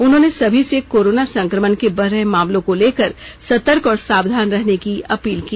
उन्होंने सभी से कोरोना संक्रमण के बढ रहे मामलों को लेकर सतर्क और सावधान रहने की अपील की